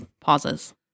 pauses